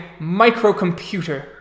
microcomputer